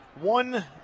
One